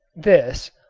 this,